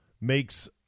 makes